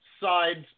sides